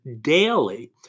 daily